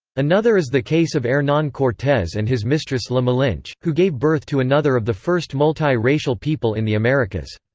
another is the case of hernan cortes and his mistress la malinche, who gave birth to another of the first multi-racial people in the americas.